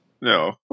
no